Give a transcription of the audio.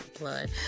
blood